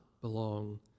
belong